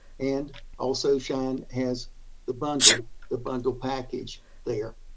and also, schein has the bundle the bundle package there.